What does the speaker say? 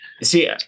See